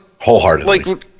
wholeheartedly